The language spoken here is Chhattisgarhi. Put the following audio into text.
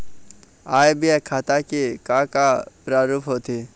आय व्यय खाता के का का प्रारूप होथे?